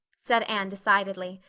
said anne decidedly.